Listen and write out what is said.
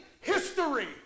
history